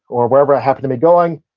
or wherever i happen to be going.